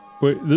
wait